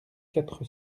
quatre